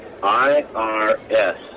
IRS